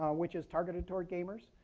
which is targeted toward gamers.